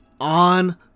on